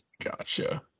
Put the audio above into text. gotcha